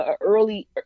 early